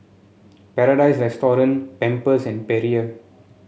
Paradise Restaurant Pampers and Perrier